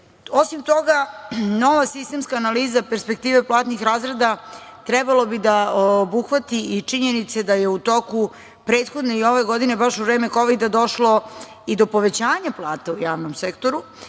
toga, nova sistemska analiza perspektive platnih razreda trebalo bi da obuhvati i činjenicu da je u toku prethodne i ove godine, baš u vreme kovida, došlo i do povećanja plata u javnom sektoru,